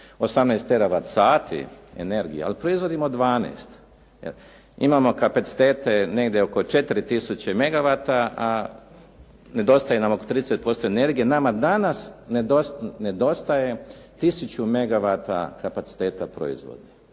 18 terawatt sati energije, ali proizvodimo 12. Imamo kapacitete negdje oko 4 tisuće megawata, a nedostaje nam oko 30% energije. Nama danas nedostaje tisuću megawata kapaciteta proizvoda.